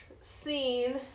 scene